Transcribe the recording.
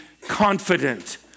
Confident